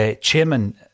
chairman